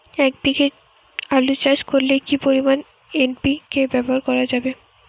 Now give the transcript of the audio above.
এক বিঘে আলু চাষ করলে কি পরিমাণ এন.পি.কে ব্যবহার করা যাবে?